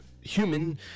human